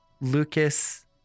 Lucas